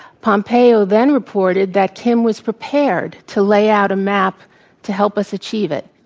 pompeo then reported that kim was prepared to lay out a map to help us achieve it.